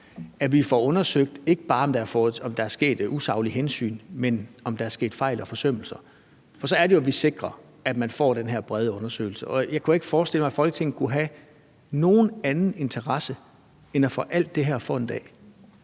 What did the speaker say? at vi får undersøgt, ikke bare om der har været taget usaglige hensyn, men om der er sket fejl og forsømmelser. For så er det jo, vi sikrer, at man får den her brede undersøgelse. Jeg kunne ikke forestille mig, at Folketinget kunne have nogen anden interesse end at få alt det her for en